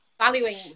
Valuing